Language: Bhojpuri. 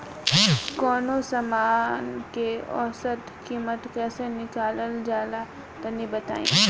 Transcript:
कवनो समान के औसत कीमत कैसे निकालल जा ला तनी बताई?